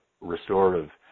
restorative